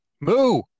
Moo